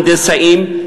הנדסאים,